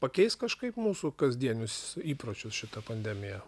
pakeis kažkaip mūsų kasdienius įpročius šita pandemija